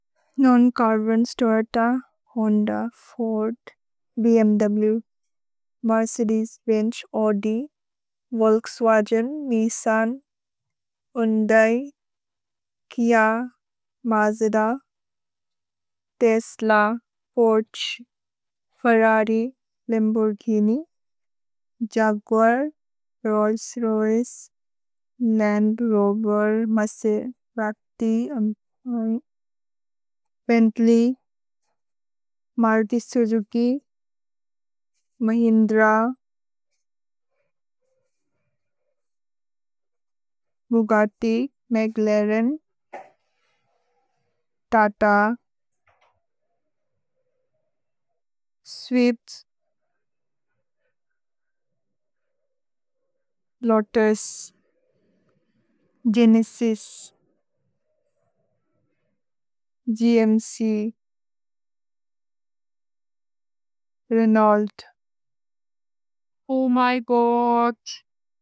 Non carbon Toyota, Honda, Ford, भ्म्व्, Mercedes Benz, Audi, Volkswagen, Nissan, Hyundai, Kia, Mazda, Tesla, Porsche, Ferrari, Lamborghini, Jaguar, Rolls Royce, Land Rover, Maserati, Bentley, Maruti Suzuki, Mahindra, Bugatti, McLaren, Tata, Swift, Lotus, Genesis, GMC, Renault. Oh my God!.